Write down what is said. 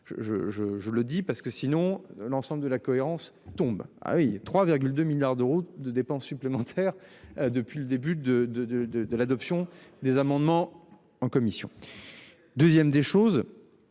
je le dis parce que sinon l'ensemble de la cohérence tombe. Ah oui, 3,2 milliards d'euros de dépenses supplémentaires depuis le début de de de de de l'adoption des amendements en commission. 2ème des choses.